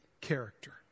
character